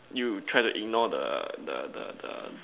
you try to ignore the the the the